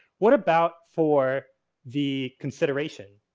what about for the consideration?